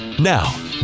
Now